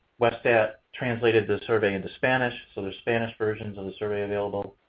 westat translated the survey into spanish. so, there's spanish versions of the survey available.